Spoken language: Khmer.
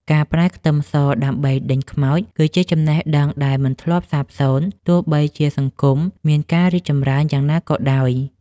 ការប្រើខ្ទឹមសដើម្បីដេញខ្មោចគឺជាចំណេះដឹងដែលមិនធ្លាប់សាបសូន្យទោះបីជាសង្គមមានការរីកចម្រើនយ៉ាងណាក៏ដោយ។